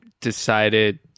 decided